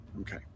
Okay